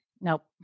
nope